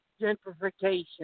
Gentrification